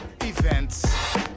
events